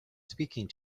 speaking